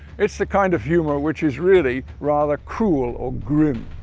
it's the kind of humour which is really rather cruel or grim.